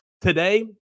today